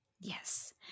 Yes